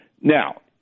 Now